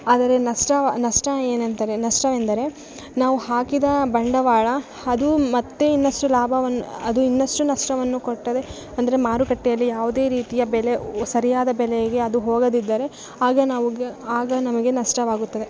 ಆದರೆ ನಷ್ಟ ವ ನಷ್ಟ ಏನೆಂದರೆ ನಷ್ಟವೆಂದರೆ ನಾವು ಹಾಕಿದ ಬಂಡವಾಳ ಅದು ಮತ್ತು ಇನ್ನಷ್ಟು ಲಾಭವನ್ ಅದು ಇನ್ನಷ್ಟು ನಷ್ಟವನ್ನು ಕೊಟ್ಟರೆ ಅಂದರೆ ಮಾರುಕಟ್ಟೆಯಲ್ಲಿ ಯಾವುದೇ ರೀತಿಯ ಬೆಲೆ ಒ ಸರಿಯಾದ ಬೆಲೆಗೆ ಅದು ಹೋಗದಿದ್ದರೆ ಆಗ ನಾವು ಗ್ ಆಗ ನಮಗೆ ನಷ್ಟವಾಗುತ್ತದೆ